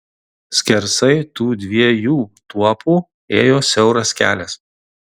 skersai tų dviejų tuopų ėjo siauras kelias